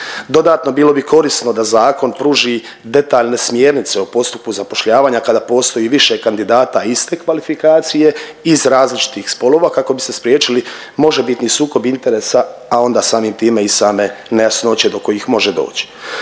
Dodatno, bilo bi korisno da zakon pruži detaljne smjernice o postupku zapošljavanja, kada postoji više kandidata iste kvalifikacije iz različitih spolova, kako bi se spriječili možebitni sukob interesa, a onda samim time i same nejasnoće do kojih može doći.